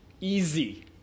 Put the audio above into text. easy